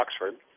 Oxford